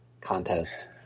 contest